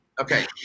okay